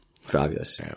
Fabulous